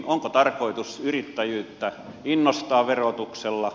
onko tarkoitus yrittäjyyttä innostaa verotuksella